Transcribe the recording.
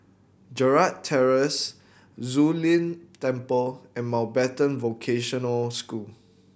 Gerald Terrace Zu Lin Temple and Mountbatten Vocational School